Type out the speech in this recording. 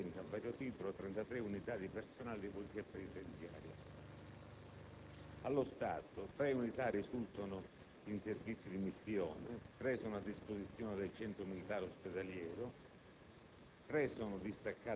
mentre sono risultati assenti, a vario titolo, 33 unità di personale di Polizia penitenziaria. Allo stato, inoltre, tre unità risultano essere in servizio di missione, tre sono a disposizione del Centro militare ospedaliero,